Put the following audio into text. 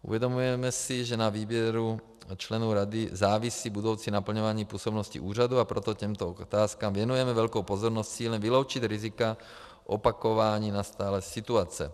Uvědomujeme si, že na výběru členů rady závisí budoucí naplňování působnosti úřadu, a proto těmto otázkám věnujeme velkou pozornost s cílem vyloučit rizika opakování nastalé situace.